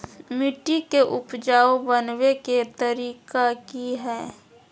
मिट्टी के उपजाऊ बनबे के तरिका की हेय?